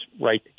right